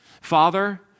Father